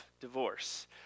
Divorce